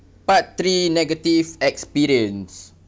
part three negative experience